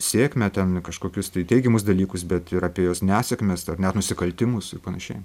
sėkmę ten kažkokius tai teigiamus dalykus bet ir apie jos nesėkmes ar net nusikaltimus ir panašiai